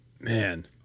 Man